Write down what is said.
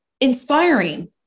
inspiring